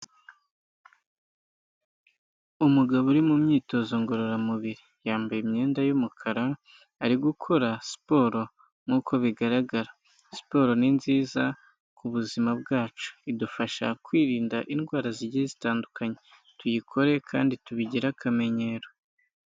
Umugabo uri mu myitozo ngororamubiri yambaye imyenda y'umukara ari gukora siporo nk'uko bigaragara. Siporo ni nziza ku buzima bwacu idufasha kwirinda indwara zigiye zitandukanye tuyikore kandi tubigire akamenyero.